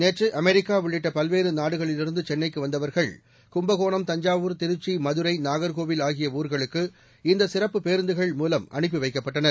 நேற்று அமெரிக்கா உள்ளிட்ட பல்வேறு நாடுகளிலிருந்து சென்னைக்கு வந்தவர்கள் கும்பகோணம் தஞ்சாவூர் திருச்சி மதுரை நாகர்கோவில் ஆகிய ஊர்களுக்கு இந்த சிறப்புப் பேருந்துகள் மூலம் அனுப்பி வைக்கப்பட்டனர்